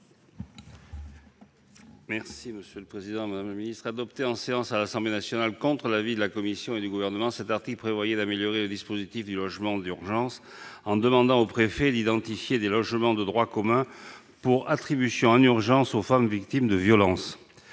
parole est à M. Jean-Pierre Grand. Adopté en séance à l'Assemblée nationale contre l'avis de la commission et du Gouvernement, l'article 7 prévoyait d'améliorer le dispositif du logement d'urgence en demandant aux préfets d'identifier des logements de droit commun pour attribution en urgence aux femmes victimes de violences.